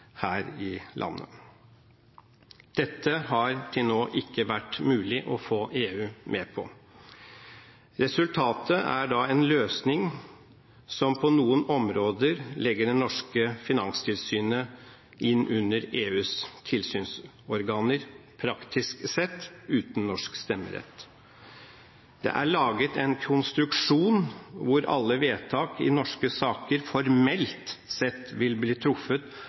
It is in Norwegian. her i landet. Dette har det til nå ikke vært mulig å få EU med på. Resultatet er en løsning som på noen områder legger det norske finanstilsynet inn under EUs tilsynsorganer, praktisk sett uten norsk stemmerett. Det er laget en konstruksjon hvor alle vedtak i norske saker formelt sett vil bli truffet